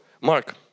Mark